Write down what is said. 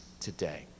today